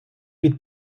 під